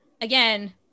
again